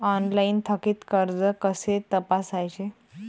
Online थकीत कर्ज कसे तपासायचे?